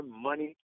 money